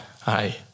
Hi